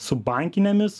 su bankinėmis